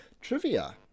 trivia